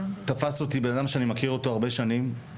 תפס אותי בן אדם שאני מכיר הרבה שנים,